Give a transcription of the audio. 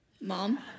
Mom